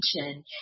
attention